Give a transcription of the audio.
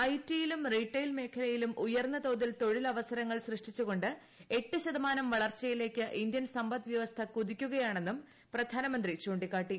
ഐടിയിലും retail മേഖലയിലും ഉയർന്ന തോതിൽ തൊഴിലവസരങ്ങൾ സൃഷ്ടിച്ചുകൊണ്ട് എട്ട് ശതമാനം വളർച്ചയിലേക്ക് ഇന്ത്യൻ സമ്പദ്വ്യവസ്ഥ കുതിക്കുകയാണെന്നും പ്രധാനമന്ത്രി ചൂണ്ടിക്കാട്ടി